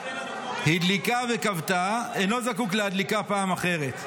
הדליקה וכבתה, אינו זקוק להדליקה פעם אחרת".